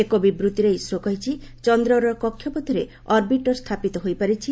ଏକ ବିବୃତ୍ତିରେ ଇସ୍ରୋ କହିଛି ଚନ୍ଦ୍ରର କକ୍ଷପଥରେ ଅର୍ବିଟର ସ୍ଥାପିତ ହୋଇପାରିଛି